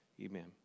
Amen